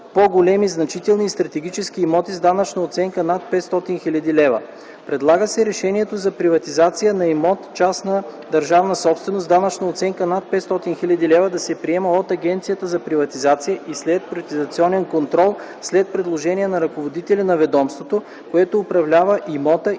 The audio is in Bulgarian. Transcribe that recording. по големи значителни и стратегически имоти с данъчна оценка над 500 хил. лв. Предлага се решението за приватизация на имот – частна държавна собственост, с данъчна оценка над 500 хил. лв. да се приема от Агенцията за приватизация и следприватизационен контрол след предложение на ръководителя на ведомството, което управлява имота